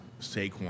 Saquon